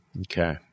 Okay